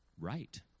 right